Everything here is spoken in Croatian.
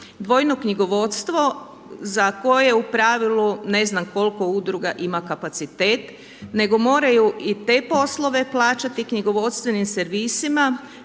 dvojno knjigovodstvo za koje u pravilu, ne znam koliko udruga ima kapacitet nego moraju i te poslove plaćati knjigovodstvenim servisima,